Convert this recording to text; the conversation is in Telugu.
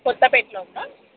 కొత్తపేట్లో ఉందా